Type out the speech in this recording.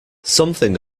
something